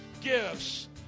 gifts